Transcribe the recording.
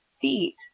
feet